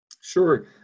Sure